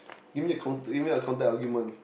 give me your counter~ give me your counterargument